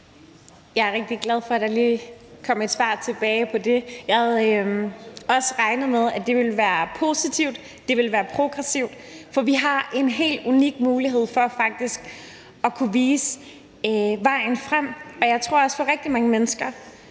Jeg er rigtig glad for, at der lige kom et svar tilbage på det. Jeg havde også regnet med, at det ville være positivt, at det ville være progressivt, for vi har en helt unik mulighed for faktisk at kunne vise vejen frem. Og jeg tror også – selv om det kan